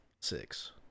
Six